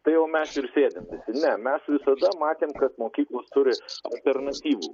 tai jau mes ir sėdim ne mes visada matėm kad mokyklos turi alternatyvų